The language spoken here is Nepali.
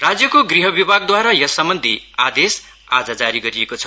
राज्यको गृह विभाग द्वारा यस सम्बन्धि आदेश आज जारी गरिएको छ